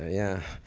ah yeah,